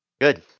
Good